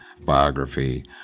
biography